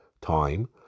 time